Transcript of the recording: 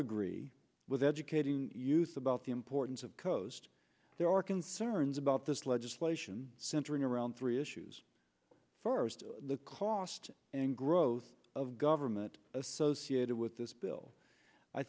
agree with educating youth about the importance of khowst there are concerns about this legislation centering around three issues first the cost and growth of government associated with this bill i